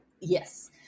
yes